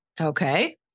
Okay